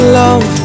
love